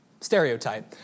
stereotype